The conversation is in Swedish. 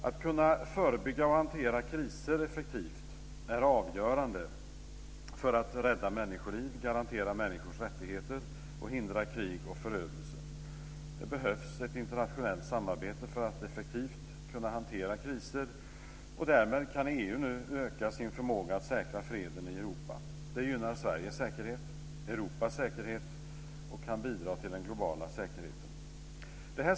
Att kunna förebygga och hantera kriser effektivt är avgörande för att rädda människoliv, garantera människors rättigheter och hindra krig och förödelse. Det behövs ett internationellt samarbete för att effektivt kunna hantera kriser, och därmed kan EU nu öka sin förmåga att säkra freden i Europa. Det gynnar Sveriges säkerhet, Europas säkerhet och kan bidra till den globala säkerheten.